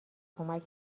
کمک